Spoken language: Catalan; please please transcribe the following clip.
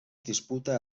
disputa